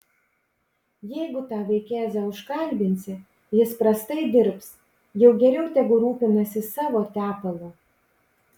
jeigu tą vaikėzą užkalbinsi jis prastai dirbs jau geriau tegu rūpinasi savo tepalu